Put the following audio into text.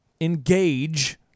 engage